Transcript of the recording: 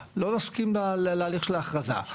לא נסכים להליך של ההכרזה?